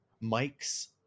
mike's